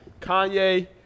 Kanye